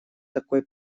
такой